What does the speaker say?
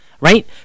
Right